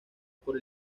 por